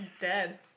dead